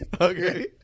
Okay